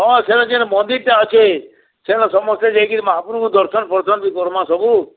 ହଁ ସେନ ଯେ ମନ୍ଦିର୍ ଟା ଅଛେ ସେନ ସମସ୍ତେ ଯାଇକିରି ମହାପ୍ରଭୁଙ୍କୁ ଦର୍ଶନ୍ ଫର୍ଶନ୍ ବି କର୍ମା ସବୁ